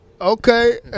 Okay